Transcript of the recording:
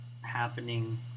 happening